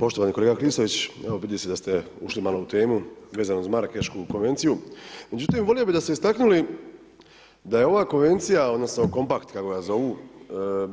Poštovani kolega Klisović, evo vidi se da ste ušli malo u temu vezano uz Marakešku konvenciju, međutim volio bi da ste istaknuli da je ova konvencija odnosno kompakt kako ga zovu